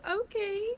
Okay